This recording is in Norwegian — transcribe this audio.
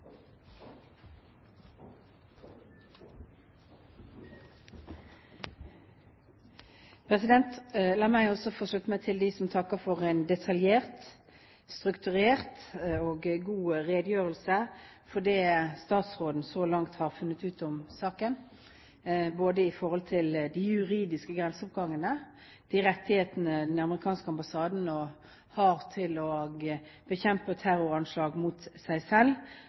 god redegjørelse for det som statsråden så langt har funnet ut om saken, både med tanke på de juridiske grenseoppgangene, de rettighetene den amerikanske ambassaden har for å bekjempe terroranslag mot seg selv